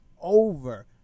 over